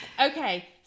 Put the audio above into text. Okay